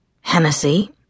Hennessy